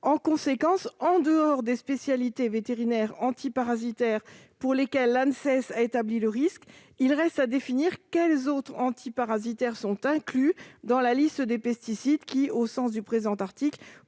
En conséquence, en dehors des spécialités vétérinaires antiparasitaires pour lesquelles l'Anses a établi le risque, il reste à définir quels autres antiparasitaires sont inclus dans la liste des pesticides qui, au sens du présent article,